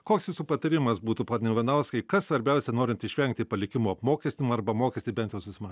koks jūsų patarimas būtų pone ivanauskai kas svarbiausia norint išvengti palikimo apmokestinimo arba mokestį bent jau susima